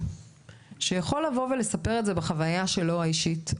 שיכול לספר את זה בחוויה האישית שלו,